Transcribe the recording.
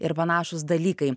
ir panašūs dalykai